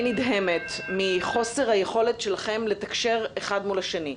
נדהמת מחוסר היכולת שלכם לתקשר אחד מול השני.